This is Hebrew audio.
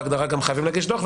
בהגדרה גם חייבים להגיש דו"ח,